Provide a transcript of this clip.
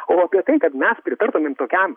o apie tai kad mes pritartumėm tokiam